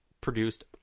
produced